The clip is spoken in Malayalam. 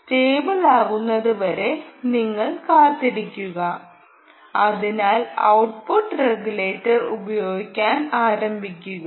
സ്റ്റേബിളാകുന്നതുവരെ നിങ്ങൾ കാത്തിരിക്കുക അതിനാൽ ഔട്ട്പുട്ട് റെഗുലേറ്റർ ഉപയോഗിക്കാൻ ആരംഭിക്കുക